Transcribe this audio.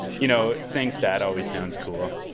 you know, saying stat! always sounds cool